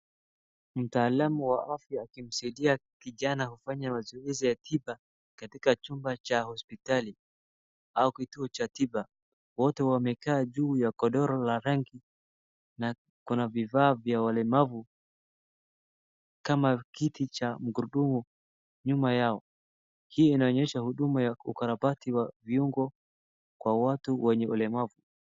Mtalaam wa afya akimsaidia kijana kufanya mazoezi ya tiba katika chumba cha hospitali au kituo cha tiba. Wote wamekaa juu godoro la rangi na kuna vifaa vya walemavu kama kiti cha gurundumu nyuma yao. Hii inaonyesha huduma ya ukarabati wa viungo kwa watu wenye ulemavu.